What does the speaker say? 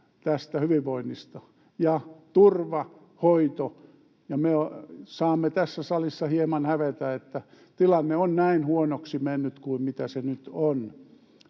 tästä hyvinvoinnista ja turva, hoito. Me saamme tässä salissa hieman hävetä, että tilanne on näin huonoksi mennyt kuin mikä se nyt on.